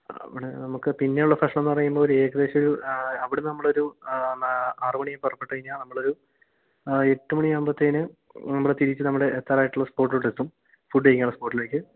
അവിടെ നമുക്ക് പിന്നെ ഉള്ള പ്രശ്നം എന്ന് പറയുമ്പോൾ ഒരു ഏകദേശം ഒരു അവിടെന്ന് നമ്മൾ ഒരു ആറ് മണി പുറപ്പെട്ട് കഴിഞ്ഞാൽ നമ്മൾ ഒരു എട്ട് മണിയാകുമ്പോഴ്ത്തേന് ഇവിടെ തിരിച്ച് നമ്മുടെ എത്താറായിട്ടുള്ള സ്പോട്ടിലോട്ടെത്തും ഫുഡ്ഡ് കഴിക്കാനുള്ള സ്പോട്ടിലേക്ക്